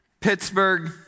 Pittsburgh